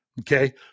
okay